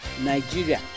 Nigeria